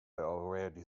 already